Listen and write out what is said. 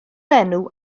enw